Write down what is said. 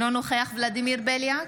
אינו נוכח ולדימיר בליאק,